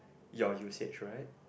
your usage right